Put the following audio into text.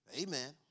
Amen